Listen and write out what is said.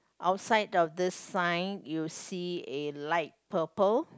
outside of this sign you see a light purple